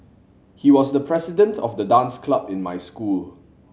he was the president of the dance club in my school